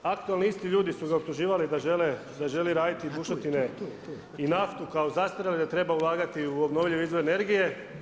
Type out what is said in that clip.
Aktualni isti ljudi su ga optuživali da želi raditi bušotine i naftu kao zastarjele, da treba ulagati u obnovljive izvore energije.